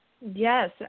yes